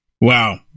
wow